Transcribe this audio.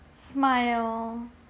Smile